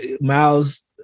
Miles